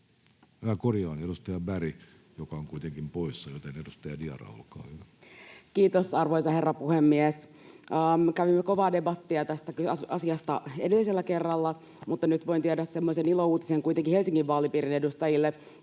poissa, edustaja Berg poissa. — Edustaja Diarra, olkaa hyvä. Kiitos, arvoisa herra puhemies! Kävimme kovaa debattia tästä asiasta edellisellä kerralla, mutta nyt voin tuoda semmoisen ilouutisen kuitenkin Helsingin vaalipiirin edustajille,